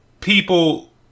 people